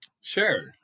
Sure